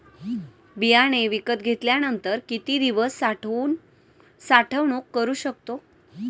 बियाणे विकत घेतल्यानंतर किती दिवस साठवणूक करू शकतो?